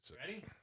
Ready